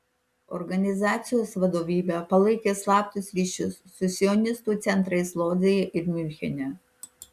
organizacijos vadovybė palaikė slaptus ryšius su sionistų centrais lodzėje ir miunchene